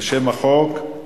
מוחמד ברכה,